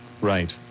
Right